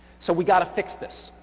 so we gotta fix this.